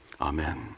amen